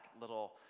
little